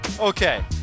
Okay